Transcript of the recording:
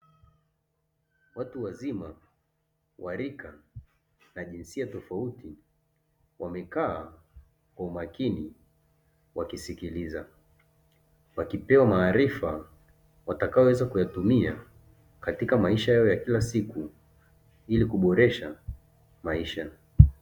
Watu wazima wa rika na jinsia tofauti wamekaa kwa umakini wakisikiliza, wakipewa maarifa watakayoweza kuyatumia katika maisha yao ya kila siku ili kuboresha maisha.